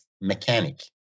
mechanic